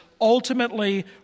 ultimately